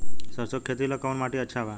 सरसों के खेती ला कवन माटी अच्छा बा?